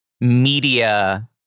media